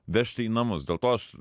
vežti į namus dėl to aš